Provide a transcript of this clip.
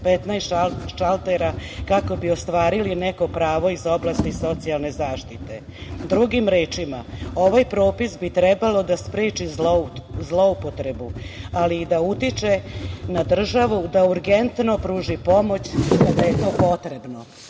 15 šaltera kako bi ostvarili neko pravo iz oblasti socijalne zaštite. Drugim rečima, ovaj propis bi trebalo da spreči zloupotrebu ali i da utiče na državu da urgentno pruži pomoć kada je to potrebno. Kako